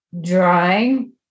drawing